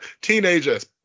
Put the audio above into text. Teenagers